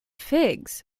figs